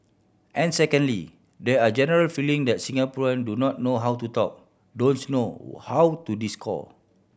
and secondly there are a general feeling that Singaporean do not know how to talk don't know how to discourse